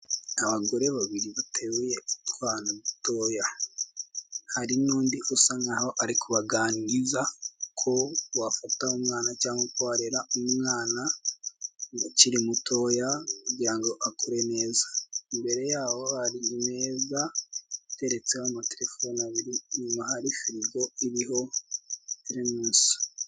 Abagore babiri bateruye utwana dutoya, hari n'undi usa nk'aho ari kubaganiriza uko wafata umwana cyangwa uko warera umwana ukiri mutoya kugira ngo akure neza. Imbere yabo hari ameza ateretseho amaterefone abiri, inyuma hari firigo iriho pirimusi.